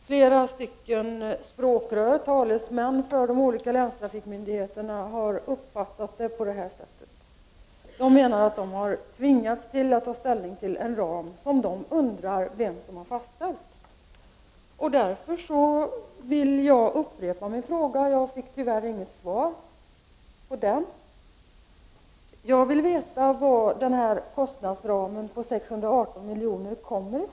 Flera språkrör, talesmän, för de olika länstrafikmyndigheterna har uppfattat situationen så. De menar att de har tvingats att ta ställning till en ram och de undrar vem det är som har fastställt den. Jag vill upprepa min fråga, eftersom jag inte fick något svar på den. Jag vill veta var denna kostnadsram på 618 milj.kr. kommer från.